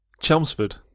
Chelmsford